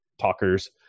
talkers